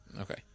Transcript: Okay